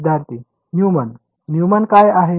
विद्यार्थीः Newman Newman काय आहे